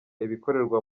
ibikorerwa